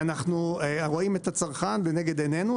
ואנו רואים את המשתמש לנגד עינינו,